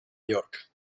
york